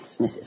Mrs